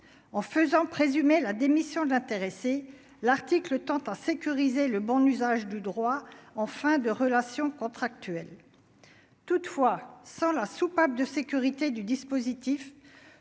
en faisant présumer la démission de l'intéressé, l'article tend à sécuriser le bon usage du droit en fin de relations contractuelles toutefois sans la soupape de sécurité du dispositif,